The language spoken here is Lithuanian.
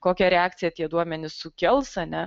kokią reakciją tie duomenys sukels a ne